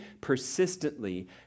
persistently